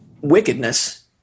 wickedness